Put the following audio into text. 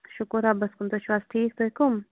شُکُر رۄبَس کُن تُہۍ چھِو حظ ٹھیٖک تُہۍ کٕم